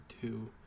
two